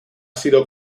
sido